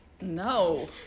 No